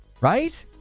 Right